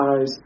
eyes